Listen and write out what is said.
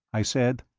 i said.